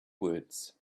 words